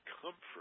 comfort